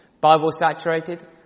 Bible-saturated